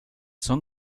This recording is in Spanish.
son